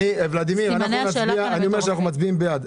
נצביע בעד.